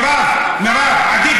הצעת החוק, מירב, עדיף